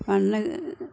മണ്ണ്